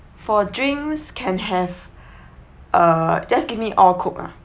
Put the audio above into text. for drinks can have uh just give me all coke lah